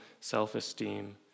self-esteem